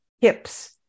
Hip's